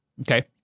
Okay